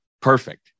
Perfect